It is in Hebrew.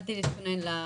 כשהתחלתי להתכונן לישיבה.